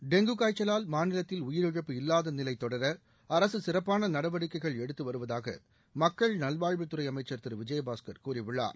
dengue காய்ச்சலால் மாநிலத்தில் உயிரிழப்பு இல்லாத நிலை தொடர அரசு சிறப்பான நடவடிக்கைகள் எடுத்து வருவதாக மக்கள் நல்வாழ்வுத்துறை அமைச்சர் திரு விஜயபாஸ்கர் கூறியுள்ளார்